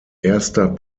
erster